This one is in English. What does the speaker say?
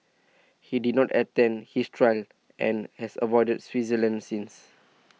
he did not attend his trial and has avoided Switzerland since